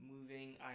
moving